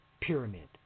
pyramid